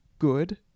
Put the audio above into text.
good